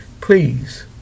Please